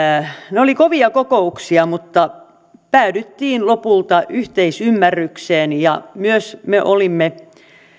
ne olivat kovia kokouksia mutta päädyttiin lopulta yhteisymmärrykseen ja myös me olimme